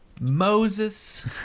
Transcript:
Moses